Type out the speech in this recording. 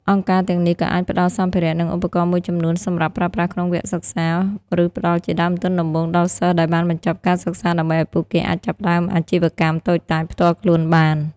អង្គការទាំងនេះក៏អាចផ្តល់សម្ភារៈ និងឧបករណ៍មួយចំនួនសម្រាប់ប្រើប្រាស់ក្នុងវគ្គសិក្សា ឬផ្តល់ជាដើមទុនដំបូងដល់សិស្សដែលបានបញ្ចប់ការសិក្សា ដើម្បីឱ្យពួកគេអាចចាប់ផ្តើមអាជីវកម្មតូចតាចផ្ទាល់ខ្លួនបាន។